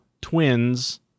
twins